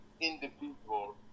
individual